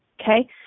okay